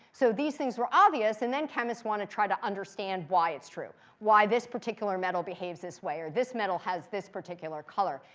so these things were obvious. and then chemists want to try to understand why it's true. why this particular metal behaves this way, or this metal has this particular color.